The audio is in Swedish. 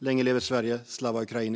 Länge leve Sverige! Slava Ukraini!